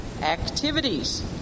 activities